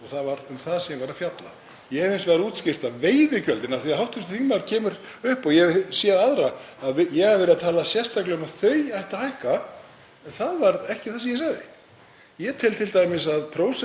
það var ekki það sem ég sagði. Ég tel t.d. að prósentuhlutinn þar sé íþyngjandi hár fyrir venjuleg fyrirtæki. Ég hef í mörg ár talað fyrir því að veiðigjöldin þurfi að vera